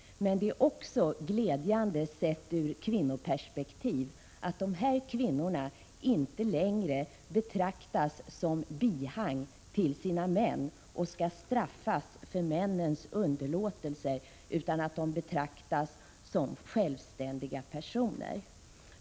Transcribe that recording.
Det är också glädjande sett ur kvinnoperspektiv, att dessa kvinnor inte längre betraktas som bihang till sina män och skall straffas för männens underlåtelser, utan att de betraktas som självständiga personer.